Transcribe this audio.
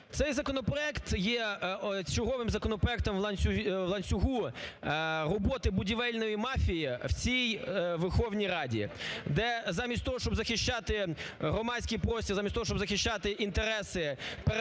Цей законопроект є черговим законопроектом в ланцюгу роботи будівельної мафії в цій Верховній Раді, де замість того, щоб захищати громадський простір, замість того, щоб захищати інтереси переважної